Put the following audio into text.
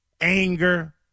anger